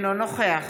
אינו נוכח